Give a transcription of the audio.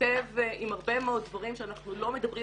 מתכתב עם הרבה מאוד דברים שאנחנו לא מדברים